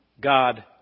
God